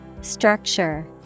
Structure